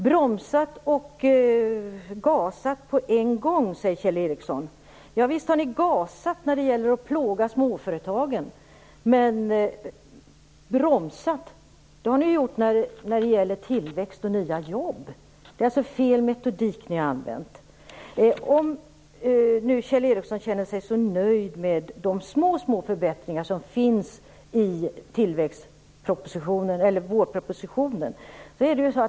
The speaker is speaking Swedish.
Kjell Ericsson säger bromsa och gasa på en gång. Visst har ni gasat i fråga om att plåga småföretagen. Ni har bromsat i fråga om tillväxt och nya jobb. Ni har använt fel metod. Kjell Ericsson känner sig nöjd med de små förbättringarna i vårpropositionen.